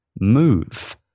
move